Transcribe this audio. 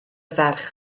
ferch